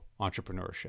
entrepreneurship